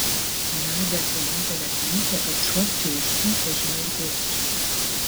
nadia su motina klykė kad šokčiau iš sunkvežimio ir bėgčiau